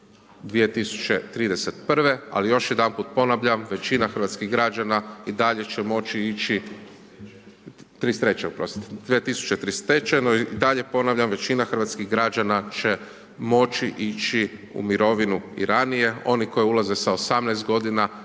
2033. i dalje ponavljam većina hrvatskih građana će moći ići u mirovinu i ranije, oni koji ulaze sa 18 g.